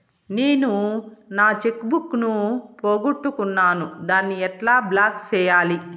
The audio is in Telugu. నేను నా చెక్కు బుక్ ను పోగొట్టుకున్నాను దాన్ని ఎట్లా బ్లాక్ సేయాలి?